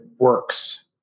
works